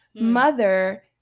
mother